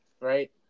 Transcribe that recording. Right